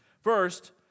First